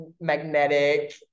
magnetic